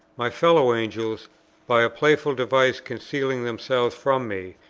my fellow-angels by a playful device concealing themselves from me,